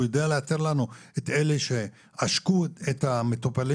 הוא יודע לאתר לנו את אלה שעשקו את המטפלים